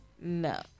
No